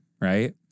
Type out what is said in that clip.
Right